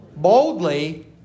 boldly